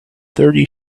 thirty